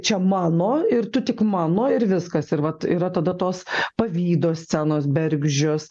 čia mano ir tu tik mano ir viskas ir vat yra tada tos pavydo scenos bergždžios